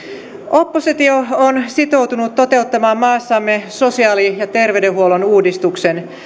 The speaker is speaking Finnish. oppositio on sitoutunut toteuttamaan maassamme sosiaali ja terveydenhuollon uudistuksen